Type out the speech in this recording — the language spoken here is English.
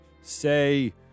say